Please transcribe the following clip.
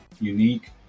unique